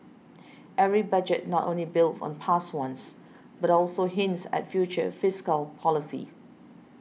every Budget not only builds on past ones but also hints at future fiscal policy